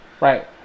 right